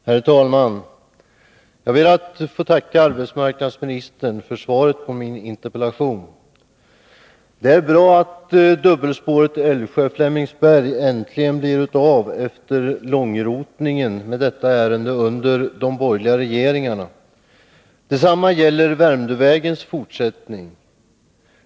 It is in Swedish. Herr talman! Jag ber att få tacka arbetsmarknadsministern för svaret på min interpellation. Det är bra att dubbelspåret Älvsjö-Flemingsberg äntligen blir av efter långrotningen med detta ärende under de borgerliga regeringarna. Detsamma gäller Värmdövägens fortsättning.